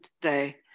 today